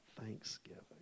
thanksgiving